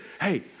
hey